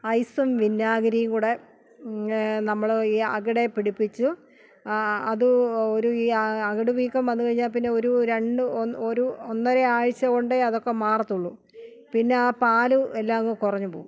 ഐസും വിനാഗിരിയും കൂടെ നമ്മൾ ഈ അകിടെ പിടിപ്പിച്ച് അത് ഒരു ഈ അകിട് വീക്കം വന്ന് കഴിഞ്ഞാൽ പിന്നെ ഒരു രണ്ട് ഒരു ഒന്നര ആഴ്ച്ച കൊണ്ടേ അതൊക്കെ മറത്തൊള്ളു പിന്നെ ആ പാൽ എല്ലാം അങ്ങ് കുറഞ്ഞ് പോകും